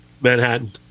Manhattan